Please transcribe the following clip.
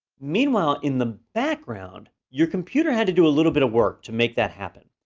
meanwhile, in the background, your computer had to do a little bit of work to make that happen.